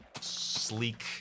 sleek